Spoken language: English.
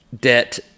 debt